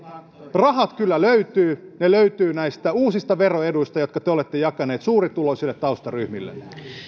rahat kyllä löytyvät ne löytyvät näistä uusista veroeduista jotka te te olette jakaneet suurituloisille taustaryhmillenne